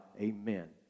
Amen